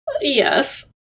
Yes